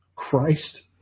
Christ